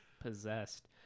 Possessed